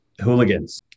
hooligans